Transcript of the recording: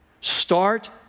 start